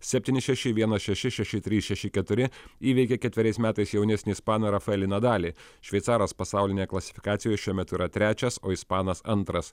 septyni šeši vienas šeši šeši trys šeši keturi įveikė ketveriais metais jaunesnį ispaną rafaelį nadalį šveicaras pasaulinėje klasifikacijo šiuo metu yra trečias o ispanas antras